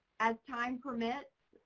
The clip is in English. as time permits,